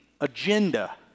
agenda